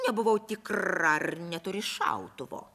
nebuvau tikra ar neturi šautuvo